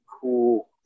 cool